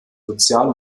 sozial